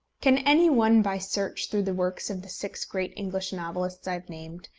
can any one by search through the works of the six great english novelists i have named,